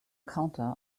counter